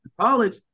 college